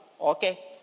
Okay